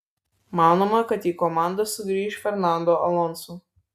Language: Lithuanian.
manoma kad į komandą sugrįš fernando alonso